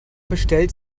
bestellt